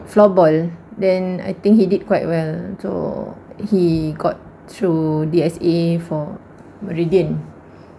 floorball then I think he did quite well so he got to the S_A for meridian